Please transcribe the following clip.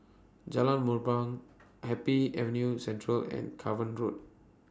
Jalan Mendong Happy Avenue Central and Cavan Road